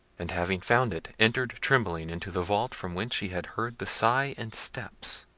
and having found it, entered trembling into the vault from whence she had heard the sigh and steps.